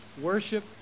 worship